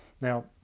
now